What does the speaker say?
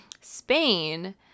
Spain